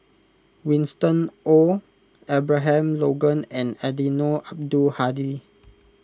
Winston Oh Abraham Logan and Eddino Abdul Hadi